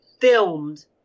filmed